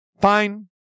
fine